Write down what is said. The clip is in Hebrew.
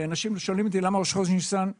אנשים שואלים אותי למה ראש חודש ניסן.